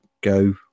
go